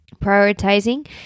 prioritizing